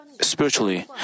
spiritually